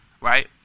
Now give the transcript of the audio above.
right